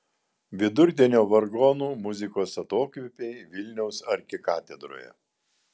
vidurdienio vargonų muzikos atokvėpiai vilniaus arkikatedroje